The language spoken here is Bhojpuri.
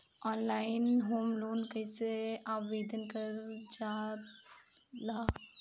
ऑनलाइन होम लोन कैसे आवेदन करल जा ला?